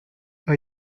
are